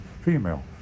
female